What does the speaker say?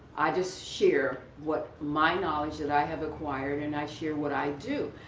i just share what my knowledge that i have acquired, and i share what i do.